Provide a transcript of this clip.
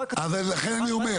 אבל לכן אני אומר,